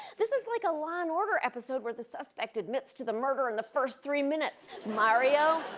this is like a law and order episode where the suspect admits to the murder in the first three minutes. mario?